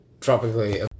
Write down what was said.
tropically